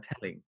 telling